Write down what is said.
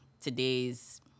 today's